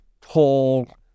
tall